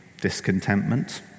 discontentment